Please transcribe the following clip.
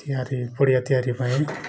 ତିଆରି ପଡ଼ିଆ ତିଆରି ପାଇଁ